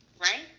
right